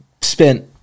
spent